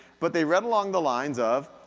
but they read along the lines of,